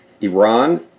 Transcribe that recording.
Iran